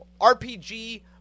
RPG